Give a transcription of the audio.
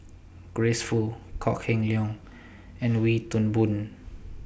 Grace Fu Kok Heng Leun and Wee Toon Boon